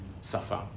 suffer